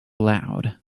loud